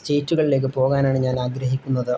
സ്റ്റേറ്റുകളിലേക്ക് പോകാനാണ് ഞാൻ ആഗ്രഹിക്കുന്നത്